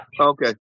Okay